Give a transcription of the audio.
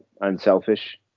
unselfish